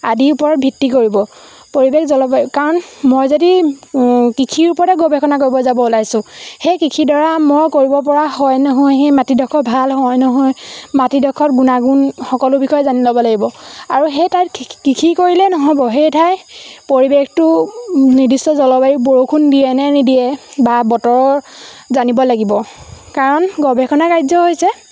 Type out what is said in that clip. আদিৰ ওপৰত ভিত্তি কৰিব পৰিৱেশ জলবায়ু কাৰণ মই যদি কৃষিৰ ওপৰতে গৱেষণা কৰিব যাব ওলাইছোঁ সেই কৃষিৰডৰা মই কৰিব পৰা হয় নহয় সেই মাটিডোখৰ ভাল হয় নহয় মাটিডোখৰ গুণাগুণ সকলো বিষয়ে জানি ল'ব লাগিব আৰু সেই তাত কৃষি কৰিলে নহ'ব সেই ঠাইৰ পৰিৱেশটো নিৰ্দিষ্ট জলবায়ু বৰষুণ দিয়ে নে নিদিয়ে বা বতৰ জানিব লাগিব কাৰণ গৱেষণা কাৰ্য হৈছে